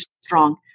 strong